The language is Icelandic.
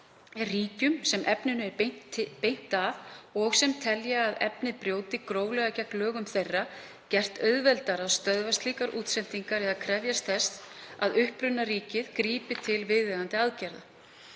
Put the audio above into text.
ríkjum sem efninu er beint að og sem telja að efni brjóti gróflega gegn lögum þeirra gert auðveldara að stöðva slíkar útsendingar eða krefjast þess að upprunaríkið grípi til viðeigandi aðgerða.